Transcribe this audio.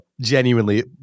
genuinely